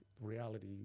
reality